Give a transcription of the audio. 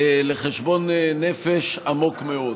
לחשבון נפש עמוק מאוד.